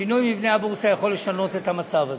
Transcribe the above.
שינוי מבנה הבורסה יכול לשנות את המצב הזה.